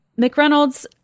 McReynolds